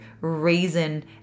reason